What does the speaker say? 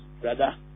brother